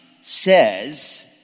says